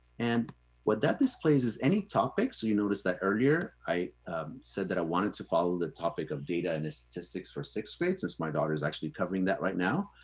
and what that displays is any topic. so you'll notice that earlier, i said that i wanted to follow the topic of data and statistics for sixth grade, since my daughter is actually covering that right now.